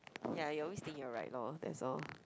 ya you always think you're right lor that's all